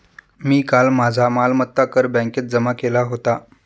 मी काल माझा मालमत्ता कर बँकेत जमा केला होता